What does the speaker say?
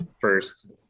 first